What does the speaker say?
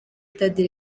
stade